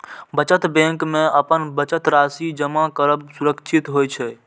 बचत बैंक मे अपन बचत राशि जमा करब सुरक्षित होइ छै